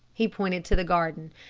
he pointed to the garden,